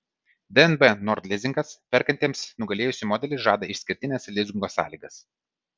dnb nord lizingas perkantiems nugalėjusį modelį žada išskirtines lizingo sąlygas